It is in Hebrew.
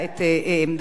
ויש אפשרות אחת.